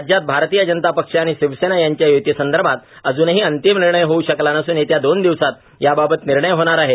राज्यात भारतीय जनता पक्ष आणि शिवसेना यांच्या युतीसंदर्भात अजूनंही अंतिम निर्णय होऊ शकला नसून येत्या दोन दिवसात याबाबत निर्णय होणार आहे